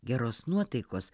geros nuotaikos